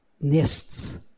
nests